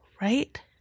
Right